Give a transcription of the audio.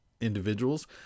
individuals